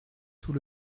sous